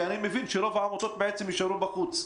כי אני מבין שרוב העמותות נשארות בחוץ.